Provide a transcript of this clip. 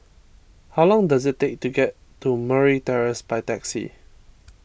how long does it take to get to Murray Terrace by taxi